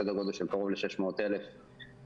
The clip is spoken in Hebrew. סדר גודל של קרוב ל-600 אלף עצמאים,